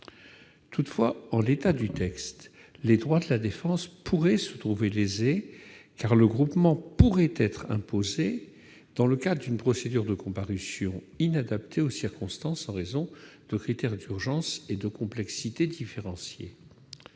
Toutefois, en l'état du texte, les droits de la défense pourraient se trouver lésés, car le regroupement pourrait être imposé dans le cadre d'une procédure de comparution inadaptée aux circonstances en raison de critères d'urgence et de complexité différenciés.